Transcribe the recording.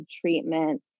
treatment